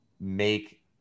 make